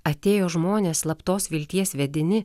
atėjo žmonės slaptos vilties vedini